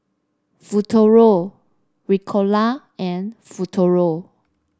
Futuro Ricola and Futuro